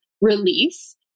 release